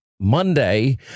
Monday